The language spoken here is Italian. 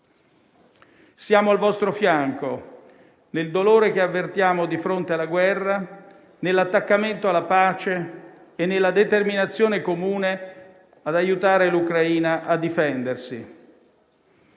Siamo al vostro fianco, nel dolore che avvertiamo di fronte alla guerra, nell'attaccamento alla pace e nella determinazione comune ad aiutare l'Ucraina a difendersi.